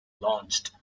launched